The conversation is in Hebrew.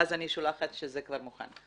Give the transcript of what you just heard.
ואז אני שולחת שזה כבר מוכן.